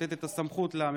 לתת את הסמכות למפקחים,